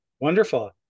Wonderful